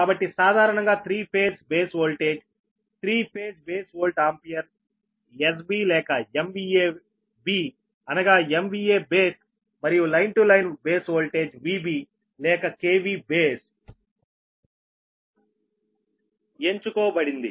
కాబట్టి సాధారణంగా three phase base voltage three phase base volt ampere SB లేక B అనగా MVA బేస్ మరియు line to line base voltage VB లేక kV base ఎంచుకోబడింది